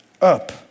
up